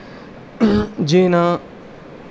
ਜੇ ਨਾ